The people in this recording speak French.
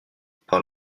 par